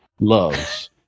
loves